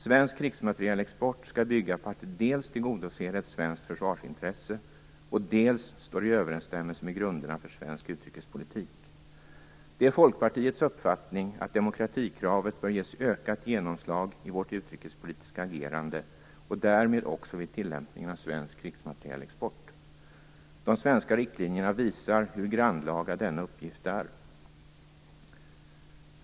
Svensk krigsmaterielexport skall bygga på att den dels tillgodoser ett svenskt försvarsintresse, dels står i överensstämmelse med grunderna för svensk utrikespolitik. Det är Folkpartiets uppfattning att demokratikravet bör ges ökat genomslag i vårt utrikespolitiska agerande och därmed också vid tillämpningen av svensk krigsmaterielexport. De svenska riktlinjerna visar hur grannlaga denna uppgift är.